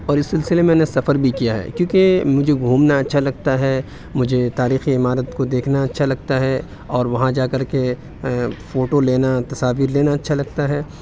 اور اس سلسلے میں میں نے سفر بھی کیا ہے کیونکہ مجھے گھومنا اچھا لگتا ہے مجھے تاریخی عمارت کو دیکھنا اچھا لگتا ہے اور وہاں جا کر کے فوٹو لینا تصاویر لینا اچھا لگتا ہے